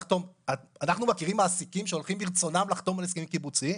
אנחנו מכירים מעסיקים שהולכים מרצונם לחתום על הסכמים קיבוציים?